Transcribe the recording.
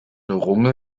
runge